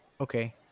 okay